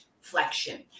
flexion